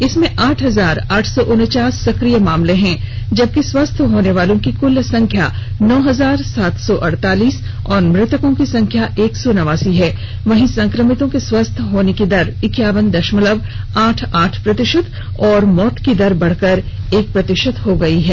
इसमें आठ हजार आठ सौ उनचास सक्रिय मामले हैं जबकि स्वस्थ होनेवालों की कुल संख्या नौ हजार सात सौ अड़तालीस और मृतकों की संख्या एक सौ नवासी है वहीं संक्रमितों के स्वस्थ होने की दर इक्यावन दशमलव आठ आठ प्रतिशत और मौत की दर बढ़कर एक प्रतिशत हो गई है